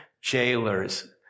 jailers